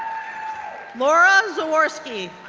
laura zawarski,